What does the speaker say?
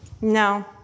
no